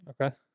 Okay